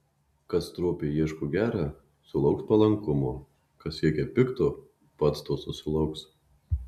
kas stropiai ieško gera sulauks palankumo kas siekia pikto pats to susilauks